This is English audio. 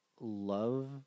love